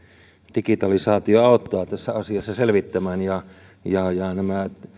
digitalisaatio auttaa tässä asiassa ja ja nämä